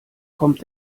kommt